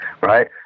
right